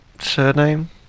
Surname